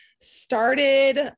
started